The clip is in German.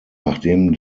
nachdem